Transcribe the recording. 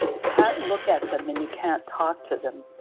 you can't look at them and you can't talk to them.